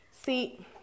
See